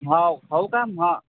हो हो का हा